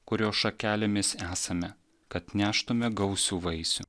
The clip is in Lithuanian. kurio šakelėmis esame kad neštumėme gausių vaisių